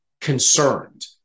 concerned